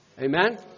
Amen